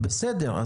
בסדר,